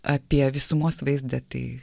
apie visumos vaizdą tai